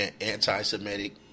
anti-Semitic